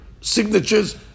signatures